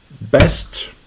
Best